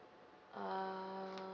ah